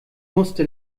musste